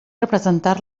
representar